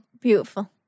beautiful